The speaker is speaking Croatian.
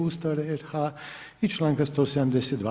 Ustava RH i članka 172.